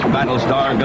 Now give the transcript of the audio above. Battlestar